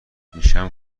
میشم